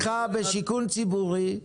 הבניינים בבעלותך בשיכון ציבורי,